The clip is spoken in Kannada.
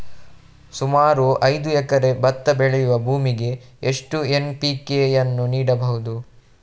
ಸುಮಾರು ಐದು ಎಕರೆ ಭತ್ತ ಬೆಳೆಯುವ ಭೂಮಿಗೆ ಎಷ್ಟು ಎನ್.ಪಿ.ಕೆ ಯನ್ನು ನೀಡಬಹುದು?